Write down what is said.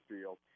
field